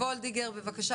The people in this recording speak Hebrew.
חברת הכנסת וולדיגר, בבקשה.